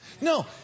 No